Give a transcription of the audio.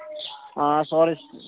آ سورُے